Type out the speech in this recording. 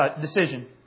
decision